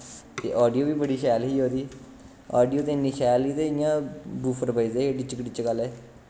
ते आडियो बी बड़ी शैल ही ओह्दी आडियो ते इन्नी शैल ही ते इ'यां बूफर बजदे हे डिचक डिचक आह्ले